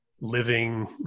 living